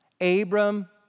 Abram